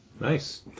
Nice